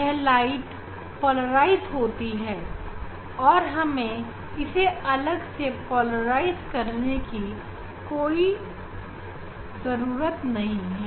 यह प्रकाश पोलराइज्ड होती है और हमें इसे अलग से पोलराइज्ड की कोई जरूरत नहीं है